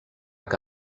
que